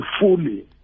fully